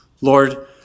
Lord